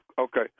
Okay